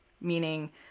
meaning